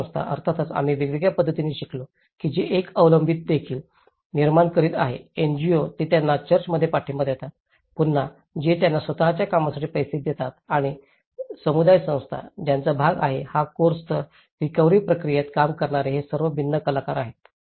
राज्य संस्था अर्थातच आम्ही वेगळ्या पद्धतीने शिकलो की ते एक अवलंबित्व देखील निर्माण करीत आहे एनजीओ जे त्यांना चर्चमध्ये पाठिंबा देतात पुन्हा जे त्यांच्या स्वत च्या कामासाठी पैसे देतात आणि समुदाय संस्था ज्यांचा भाग आहेत हा कोर्स तर या रिकव्हरी प्रक्रियेत काम करणारे हे सर्व भिन्न कलाकार आहेत